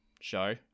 show